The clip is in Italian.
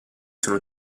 sono